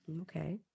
Okay